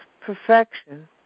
perfection